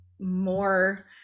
more